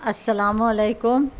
السلام علیکم